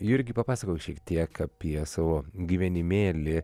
jurgi papasakok šiek tiek apie savo gyvenimėlį